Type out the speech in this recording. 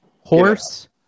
Horse